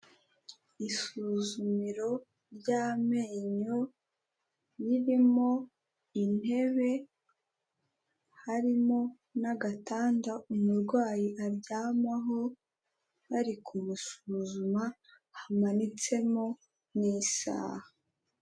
Isuzumiro ry'amenyo, ririmo intebe, harimo n'agatanda umurwayi aryamaho bari kumusuzuma, hamanitsemo n'isaaha.